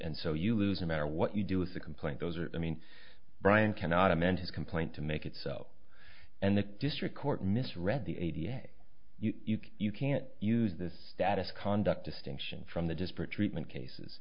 and so you lose no matter what you do with the complaint those are i mean brian cannot amend his complaint to make it so and the district court misread the a d l you can't use this status conduct distinction from the disparate treatment cases